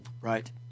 Right